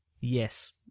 Yes